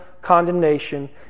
condemnation